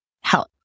help